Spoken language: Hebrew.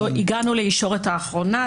הגענו לישורת האחרונה,